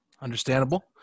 understandable